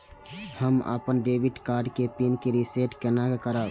हम अपन debit card के पिन के रीसेट केना करब?